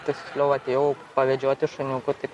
tiksliau atėjau pavedžioti šuniukų taip